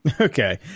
Okay